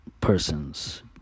persons